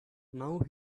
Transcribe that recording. now